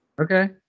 Okay